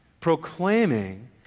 proclaiming